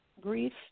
grief